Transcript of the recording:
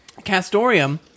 Castorium